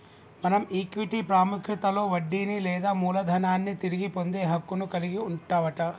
మనం ఈక్విటీ పాముఖ్యతలో వడ్డీని లేదా మూలదనాన్ని తిరిగి పొందే హక్కును కలిగి వుంటవట